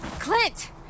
Clint